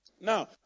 Now